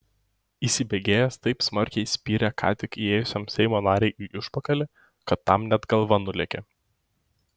įsibėgėjęs taip smarkiai spyrė ką tik įėjusiam seimo nariui į užpakalį kad tam net galva nulėkė